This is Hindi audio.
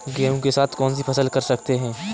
गेहूँ के साथ कौनसी फसल कर सकते हैं?